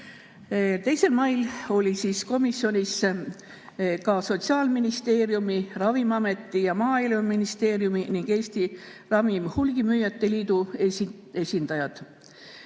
2. mail olid komisjonis ka Sotsiaalministeeriumi, Ravimiameti ja Maaeluministeeriumi ning Eesti Ravimihulgimüüjate Liidu esindajad.